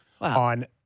on